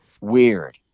weird